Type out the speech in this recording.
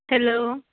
hello